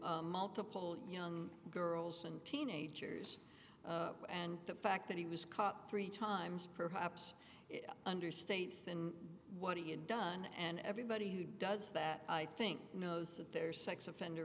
multiple young girls and teenagers and the fact that he was caught three times perhaps understates than what he had done and everybody who does that i think knows their sex offender